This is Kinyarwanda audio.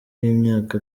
y’imyaka